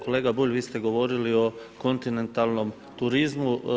Kolega Bulj, vi ste govorili o kontinentalnom turizmu.